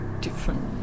different